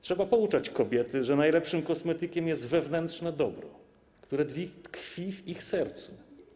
Trzeba pouczać kobiety, że najlepszym kosmetykiem jest wewnętrzne dobro, które tkwi w ich sercu.